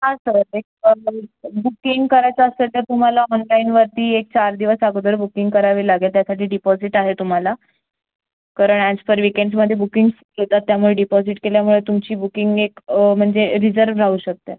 हां सर एक बुकिंग करायचं असेल तर तुम्हाला ऑनलाईनवरती एक चार दिवस अगोदर बुकिंग करावे लागेल त्यासाठी डिपॉझिट आहे तुम्हाला कारण अॅज पर वीकेंड्समध्ये बुकिंग्स येतात त्यामुळे डिपॉझिट केल्यामुळे तुमची बुकिंग एक म्हणजे रिजर्व राहू शकते